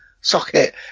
socket